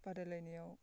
बादायलायनायाव